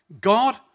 God